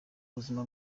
ubuzima